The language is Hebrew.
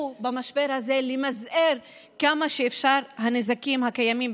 במשבר הזה למזער כמה שאפשר את הנזקים הקיימים.